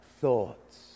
thoughts